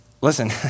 listen